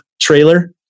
trailer